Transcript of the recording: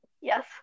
Yes